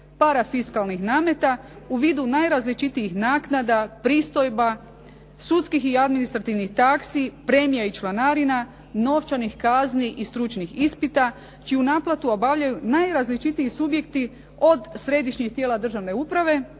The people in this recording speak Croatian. parafiskalnih nameta u vidu najrazličitijih naknada, pristojba, sudskih i administrativnih taksi, premija i članarina, novčanih kazni i stručnih ispita čiju naplatu obavljaju najrazličitiji subjekti od središnjih tijela državne uprave,